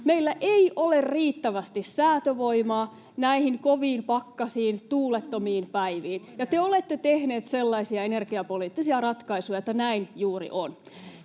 Meillä ei ole riittävästi säätövoimaa näihin koviin pakkasiin, tuulettomiin päiviin, ja te olette tehneet sellaisia energiapoliittisia ratkaisuja, että näin juuri on.